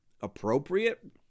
appropriate